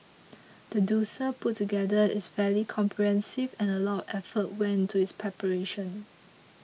the dossier put together is fairly comprehensive and a lot of effort went into its preparation